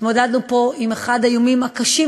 התמודדנו פה במדינת ישראל עם אחד האיומים הקשים,